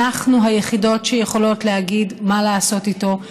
אנחנו היחידות שיכולות להגיד מה לעשות איתו,